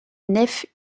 nef